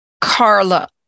Carla